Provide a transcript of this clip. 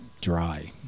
dry